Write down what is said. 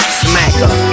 smacker